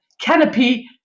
canopy